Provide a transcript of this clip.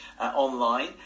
online